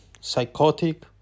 psychotic